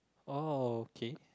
oh okay